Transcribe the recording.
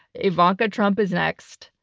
ivanka trump is next.